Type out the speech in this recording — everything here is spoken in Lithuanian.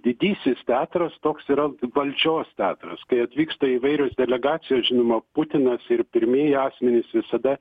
didysis teatras toks yra valdžios teatras kai atvyksta įvairios delegacijos žinoma putinas ir pirmieji asmenys visada